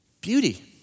beauty